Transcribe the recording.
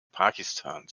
pakistans